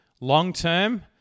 long-term